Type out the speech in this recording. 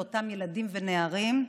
לאותם ילדים ונערים.